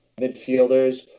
midfielders